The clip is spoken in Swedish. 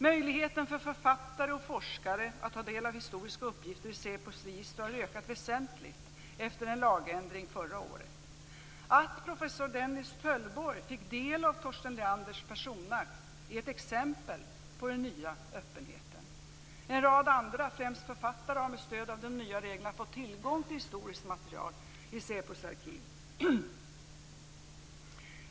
Möjligheten för författare och forskare att ta del av historiska uppgifter i SÄPO:s register har ökat väsentligt efter en lagändring förra året. Att professor Dennis Töllborg fick del av Torsten Leanders personakt är ett exempel på den nya öppenheten. En rad andra, främst författare, har med stöd av de nya reglerna fått tillgång till historiskt material i SÄPO:s arkiv.